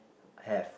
have